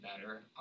better